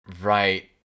Right